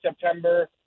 September –